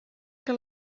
que